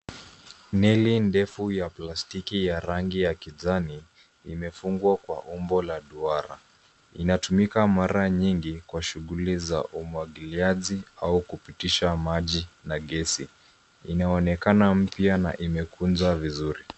Neli ndefu ya plastiki ya rangi ya kijani imefungwa kwa umbo la duara. Inatumika mara nyingi kwa shughuli za umwagiliaji au kupitisha maji na gesi. Inaonekana mpya na imekunjwa vizuri.